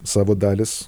savo dalis